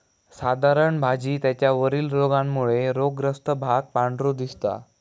साधारण भाजी त्याच्या वरील रोगामुळे रोगग्रस्त भाग पांढरो दिसता